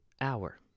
Hour